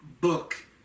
book